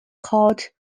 called